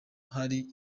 hari